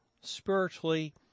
spiritually